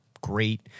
great